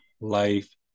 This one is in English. life